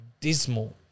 dismal